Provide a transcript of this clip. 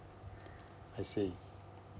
I see